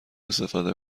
استفاده